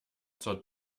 zur